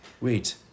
wait